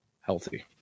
healthy